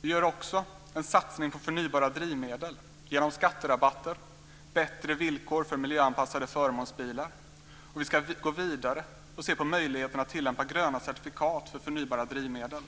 Vi gör också en satsning på förnybara drivmedel genom skatterabatter - bättre villkor för miljöanpassade förmånsbilar - och vi ska gå vidare och se på möjligheten att tillämpa gröna certifikat för förnybara drivmedel.